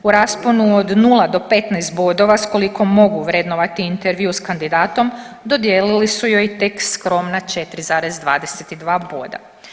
U rasponu od nula do 15 bodova s a koliko mogu vrednovati intervju sa kandidatom dodijelili su joj tek skromna 4,22 boda.